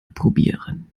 probieren